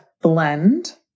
blend